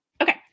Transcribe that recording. okay